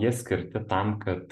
jie skirti tam kad